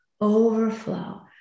overflow